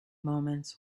moments